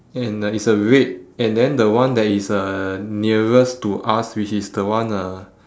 and uh it's a red and then the one that is uh nearest to us which is the one uh